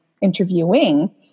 interviewing